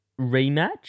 rematch